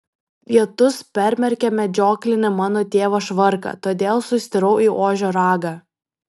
lietus permerkė medžioklinį mano tėvo švarką todėl sustirau į ožio ragą